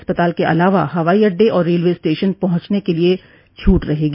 अस्पताल के अलावा हवाई अड्डे और रेलवे स्टेशन पहुंचने के लिये छूट रहेगी